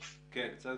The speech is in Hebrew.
הממשלה.